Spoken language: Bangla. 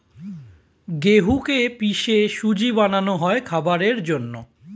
গেহুকে পিষে সুজি বানানো হয় খাবারের জন্যে